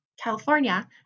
California